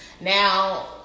now